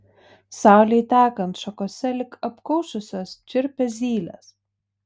saulei tekant šakose lyg apkaušusios čirpia zylės